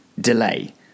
delay